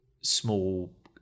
small